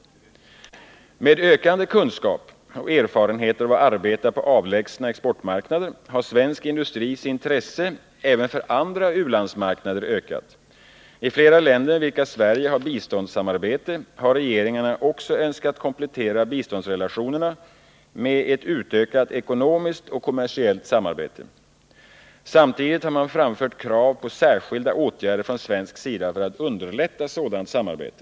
Med ökande kunskap och erfarenheter av att arbeta på avlägsna exportmarknader har svensk industris intresse även för andra u-landsmarknader ökat. I flera länder med vilka Sverige har biståndssamarbete har regeringarna också önskat komplettera biståndsrelationerna med ett utökat ekonomiskt och kommersiellt samarbete. Samtidigt har man framfört krav på särskilda åtgärder från svensk sida för att underlätta sådant samarbete.